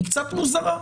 היא קצת מוזרה,